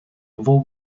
novou